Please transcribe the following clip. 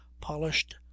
polished